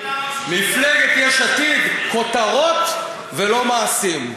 מפלגת יש עתיד, כותרות ולא מעשים.